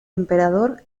emperador